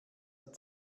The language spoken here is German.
der